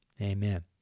Amen